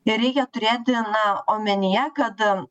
nereikia turėti na omenyje kada